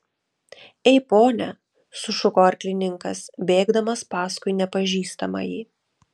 ei pone sušuko arklininkas bėgdamas paskui nepažįstamąjį